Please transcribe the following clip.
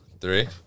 Three